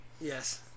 Yes